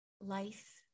life